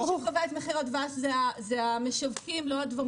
מי שקובע את מחיר הדבש זה המשווקים, לא הדבוראים.